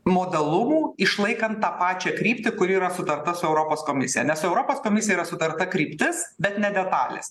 modalumų išlaikant tą pačią kryptį kuri yra sutarta su europos komisija nes su europos komisija yra sutarta kryptis bet ne detalės